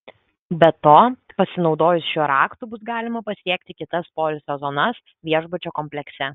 be to pasinaudojus šiuo raktu bus galima pasiekti kitas poilsio zonas viešbučio komplekse